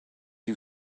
you